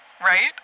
Right